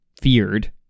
feared